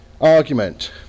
argument